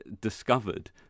discovered